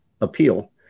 appeal